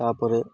ତାପରେ